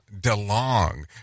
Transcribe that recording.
DeLong